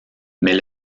mais